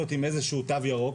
אפשר עם איזשהו תו ירוק,